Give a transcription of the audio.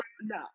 no